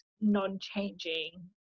non-changing